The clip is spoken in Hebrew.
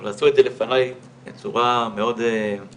אבל עשו את זה לפניי בצורה מאוד מרגשת.